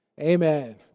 Amen